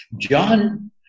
John